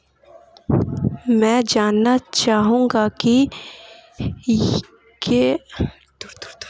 मैं जानना चाहूंगा कि के.वाई.सी का अर्थ क्या है?